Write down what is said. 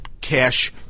cash